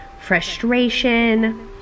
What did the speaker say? frustration